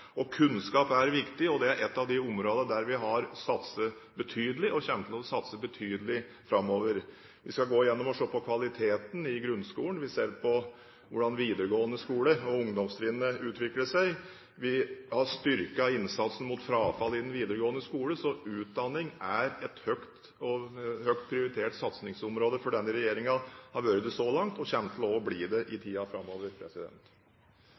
Kunnskap er viktig, og det er et av de områdene der vi har satset betydelig, og kommer til å satse betydelig framover. Vi skal gå gjennom og se på kvaliteten i grunnskolen. Vi ser på hvordan videregående skole og ungdomstrinnet utvikler seg. Vi har styrket innsatsen mot frafall i den videregående skole. Så utdanning er et høyt prioritert satsingsområde for denne regjeringen – det har vært det så langt, og kommer også til å bli det i tiden framover.